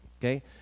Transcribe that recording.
Okay